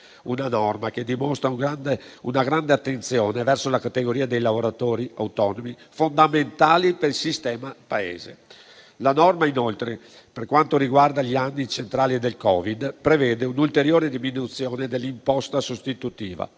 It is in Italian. una norma che dimostra una grande attenzione verso la categoria dei lavoratori autonomi, fondamentali per il sistema Paese e che, inoltre, per quanto riguarda gli anni centrali del Covid-19, prevede un'ulteriore diminuzione dell'imposta sostitutiva,